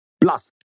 Plus